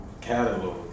catalog